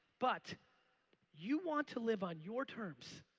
but you want to live on your terms.